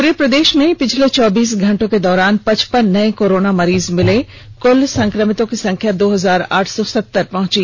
पूरे प्रदेष में पिछले चौबीस घंटे के दौरान पचपन नए कोरोना मरीज मिले कुल संक्रमितों की संख्या दो हजार आठ सौ सत्तर पहुंची